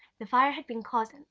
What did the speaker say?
the fire had been caused,